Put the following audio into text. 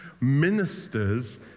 ministers